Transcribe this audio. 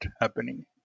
happening